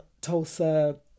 Tulsa